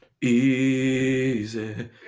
Easy